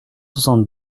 soixante